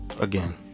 Again